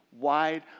wide